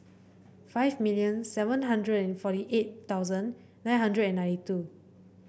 five million seven hundred and forty eight thousand nine hundred and ninety two